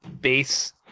base